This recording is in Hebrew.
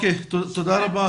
תודה רבה.